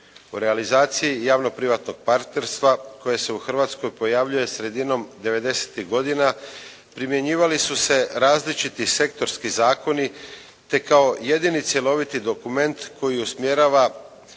U realizaciji javno-privatnog partnerstva koje se u Hrvatskoj pojavljuje sredinom 90-tih godina primjenjivali su se različiti sektorski zakoni te kao jedini cjeloviti dokument koji usmjerava